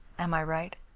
am i right?